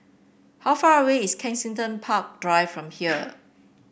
how far away is Kensington Park Drive from here